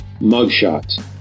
Mugshots